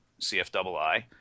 CFI